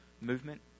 movement